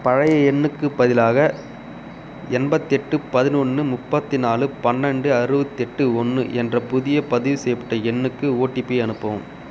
பழைய எண்ணுக்குப் பதிலாக எண்பத்தெட்டு பதினொன்று முப்பத்தி நாலு பன்னெண்டு அறுபத்தெட்டு ஒன்று என்ற புதிய பதிவுசெய்யப்பட்ட எண்ணுக்கு ஓடிபி அனுப்பவும்